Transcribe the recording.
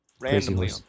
randomly